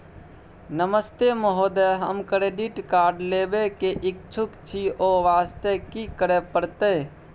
नमस्ते महोदय, हम credit card लेबे के इच्छुक छि ओ वास्ते की करै परतै?